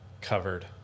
covered